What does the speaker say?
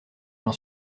j’en